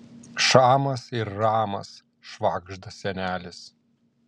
šamas ir ramas švagžda senelis